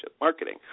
marketing